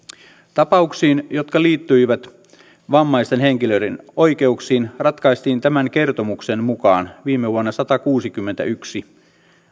tapauksissa jotka liittyivät vammaisten henkilöiden oikeuksiin ratkaistiin tämän kertomuksen mukaan viime vuonna satakuusikymmentäyksi